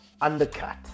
undercut